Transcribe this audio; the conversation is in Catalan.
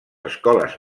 escoles